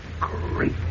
Great